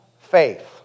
faith